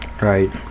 Right